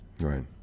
right